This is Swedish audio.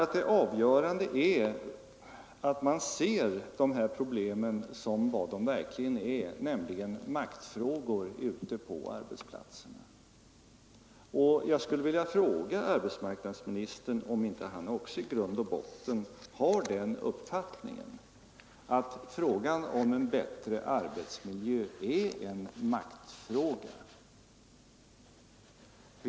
Nej, det avgörande är, menar jag, att man ser dessa problem sådana som de verkligen är, nämligen som maktfrågor ute på arbetsplatserna. Och jag vill fråga arbetsmarknadsministern om inte han också i grund och botten har den uppfattningen att frågan om en bättre arbetsmiljö är en maktfråga.